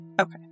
Okay